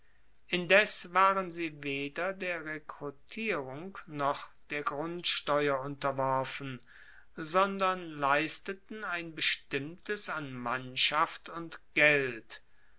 indes waren sie weder der rekrutierung noch der grundsteuer unterworfen sondern leisteten ein bestimmtes an mannschaft und geld